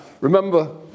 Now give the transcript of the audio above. remember